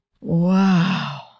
Wow